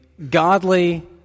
Godly